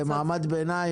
למעמד ביניים,